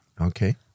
Okay